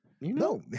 No